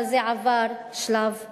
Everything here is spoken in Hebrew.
אבל זה עבר שלב נוסף.